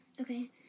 Okay